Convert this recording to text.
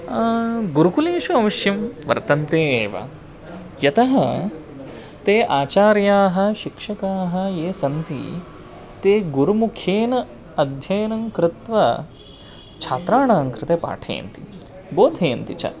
गुरुकुलेषु अवश्यं वर्तन्ते एव यतः ते आचार्याः शिक्षकाः ये सन्ति ते गुरुमुखेन अध्ययनं कृत्वा छात्राणां कृते पाठयन्ति बोधयन्ति च